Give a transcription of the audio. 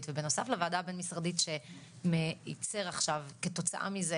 ובנוסף לוועדה הבין משרדית שייצר עכשיו כתוצאה מזה